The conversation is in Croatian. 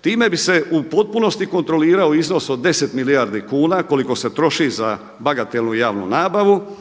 Time bi se u potpunosti kontrolirao iznos od 10 milijardi kuna koliko se troši za bagatelnu javnu nabavu.